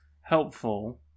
helpful